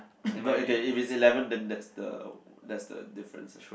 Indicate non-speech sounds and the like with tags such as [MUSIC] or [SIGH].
[NOISE] but okay if it's eleven then that's the that's the difference